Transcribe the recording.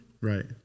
right